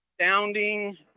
astounding